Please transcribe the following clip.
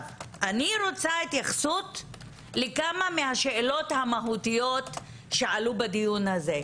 אני רוצה התייחסות לכמה מהשאלות המהותיות שעלו בדיון הזה,